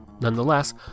Nonetheless